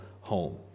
home